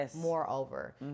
moreover